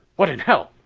what in hell!